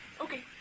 Okay